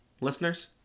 listeners